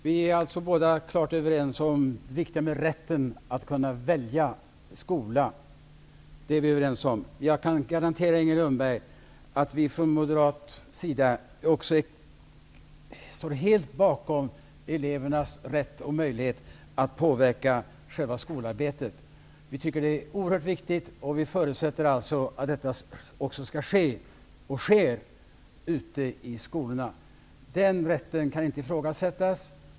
Herr talman! Vi är klart överens om vikten av rätten att kunna välja skola. Jag kan garantera Inger Lundberg att vi moderater också står helt bakom elevernas rätt och möjlighet att påverka själva skolarbetet. Det är oerhört viktigt. Vi förutsätter att det också sker ute i skolorna. Den rätten kan inte ifrågasättas.